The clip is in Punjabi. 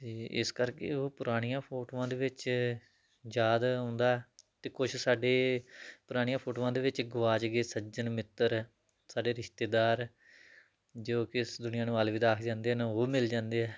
ਅਤੇ ਇਸ ਕਰਕੇ ਉਹ ਪੁਰਾਣੀਆਂ ਫੋਟੋਆਂ ਦੇ ਵਿੱਚ ਯਾਦ ਆਉਂਦਾ ਹੈ ਅਤੇ ਕੁਛ ਸਾਡੇ ਪੁਰਾਣੀਆਂ ਫੋਟੋਆਂ ਦੇ ਵਿੱਚ ਗੁਆਚ ਗਏ ਸੱਜਣ ਮਿੱਤਰ ਸਾਡੇ ਰਿਸ਼ਤੇਦਾਰ ਜੋ ਕਿ ਇਸ ਦੁਨੀਆ ਨੂੰ ਅਲਵਿਦਾ ਆਖ ਜਾਂਦੇ ਨੇ ਉਹ ਮਿਲ ਜਾਂਦੇ ਹੈ